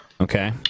Okay